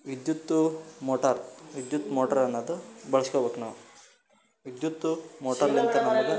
ವಿದ್ಯುತ್ತು ಮೋಟಾರ್ ವಿದ್ಯುತ್ ಮೋಟ್ರ್ ಅನ್ನೋದು ಬಳ್ಸ್ಕಬೇಕು ನಾವು ವಿದ್ಯುತ್ತು ಮೋಟಾರ್ದಂತೆ ನಮಗೆ